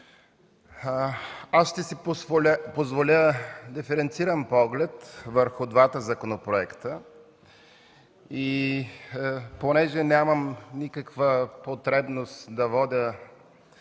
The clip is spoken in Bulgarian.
аз ще си позволя диференциран поглед върху двата законопроекта. Понеже нямам никаква потребност да водя